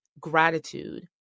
gratitude